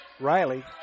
Riley